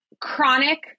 chronic